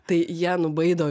tai jie nubaido